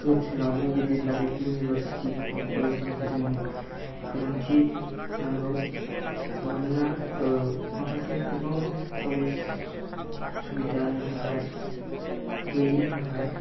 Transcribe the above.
ओनसोलावनो गिदिर गिदिर इउनिभारसिटि कलेजनि जोंनो गोनांथि नांगौ मानोना माखासे गोबां कलेज सुबिदानि थाखाय गैयिनि थाखाय